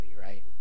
right